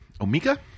Omega